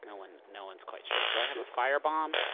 no and no one's quite sure. do i have a fire bomb?